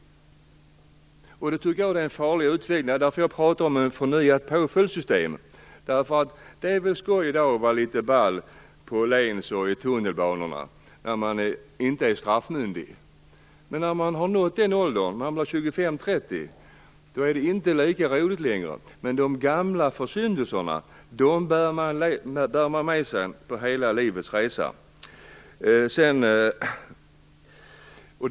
Det är en farlig utveckling, och det är därför jag talar om ett förnyat påföljdssystem. Det är väl skoj i dag att vara litet ball på Åhléns och i tunnelbanan när man inte är straffmyndig. Men när man är 25-30 är det inte lika roligt längre. De gamla försyndelserna bär man med sig på resan genom hela livet.